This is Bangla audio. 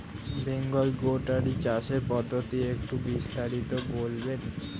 বেঙ্গল গোটারি চাষের পদ্ধতি একটু বিস্তারিত বলবেন?